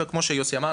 וכמו שיוסי אמר,